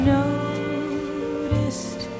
noticed